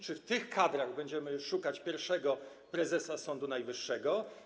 Czy w tych kadrach będziemy szukać pierwszego prezesa Sądu Najwyższego?